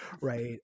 right